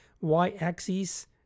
y-axis